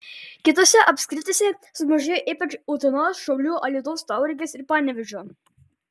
kitose apskrityse sumažėjo ypač utenos šiaulių alytaus tauragės ir panevėžio